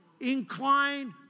inclined